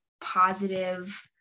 positive